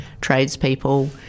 tradespeople